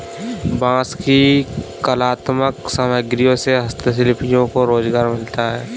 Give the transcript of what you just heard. बाँस की कलात्मक सामग्रियों से हस्तशिल्पियों को रोजगार मिलता है